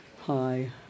Hi